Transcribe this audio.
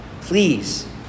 please